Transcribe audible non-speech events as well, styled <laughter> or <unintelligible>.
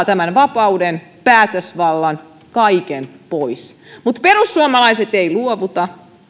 <unintelligible> tämän vapauden päätösvallan ja kaiken pois mutta perussuomalaiset eivät luovuta